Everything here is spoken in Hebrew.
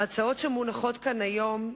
ההצעות שמונחות כאן היום,